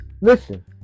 listen